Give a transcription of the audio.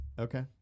Okay